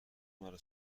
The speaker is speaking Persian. مرا